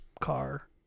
car